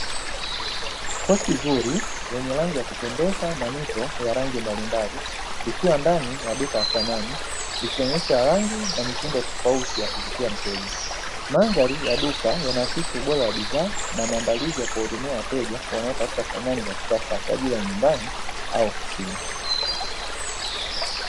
Kochi zuri lenye rangi ya kupendeza na mito ya rangi mbalimbali ikiwa ndani ya duka ya samani, likionyesha rangi na mitindo tofauti ya kuvutia mteja. Madhari ya duka yanaakisi ubora wa bidhaa na maandalizi ya kuwahudumia wateja wanaotafuta samani za kisasa kwa ajili ya nyumbani au ofisini.